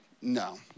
No